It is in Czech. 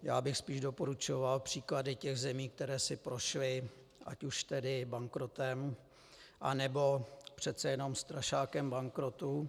Já bych spíš doporučoval příklady zemí, které si prošly ať už bankrotem, anebo přece jenom strašákem bankrotu.